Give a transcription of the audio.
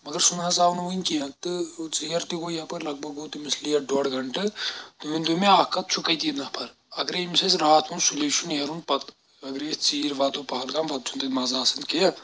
مگر سُہ نہ حظ آو نہٕ وٕنۍ کینٛہہ تہٕ ژِیَر تہِ گوٚو یَپٲرۍ لگ بگ گوٚو تٔمِس لیٹ ڈۄڈ گنٛٹہٕ تُہۍ ؤنۍ دو مےٚ اکھ کَتھ چھُ کَتی نَفَر اگرے أمِس اَسہِ راتھ منٛز سُلے چھُ نیرُن پَتہٕ اگرے أسۍ ژیٖرۍ واتو پہلگام پَتہٕ چھُنہٕ تتہِ مَزٕ آسان کینٛہہ